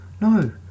no